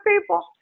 people